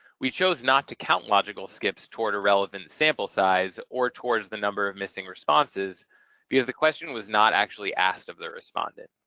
we chose not to count logical skips toward a relevant sample size or towards the number of missing responses because the question was not actually asked of the respondent.